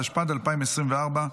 התשפ"ד 2024,